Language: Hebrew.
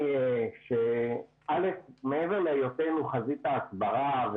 מעבר להיותנו חזית ההסברה,